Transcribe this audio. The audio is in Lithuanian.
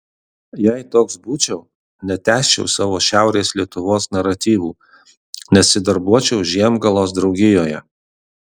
jei toks būčiau netęsčiau savo šiaurės lietuvos naratyvų nesidarbuočiau žiemgalos draugijoje